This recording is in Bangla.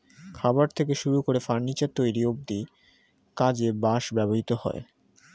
খাবার থেকে শুরু করে ফার্নিচার তৈরি অব্ধি কাজে বাঁশ ব্যবহৃত হয়